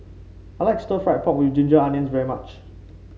I like Stir Fried Pork with Ginger Onions very much